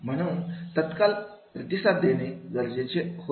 म्हणून तत्काळ प्रतिसाद देणे गरजेचे असते होते